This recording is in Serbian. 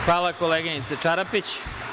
Hvala, koleginice Čarapić.